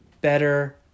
better